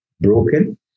broken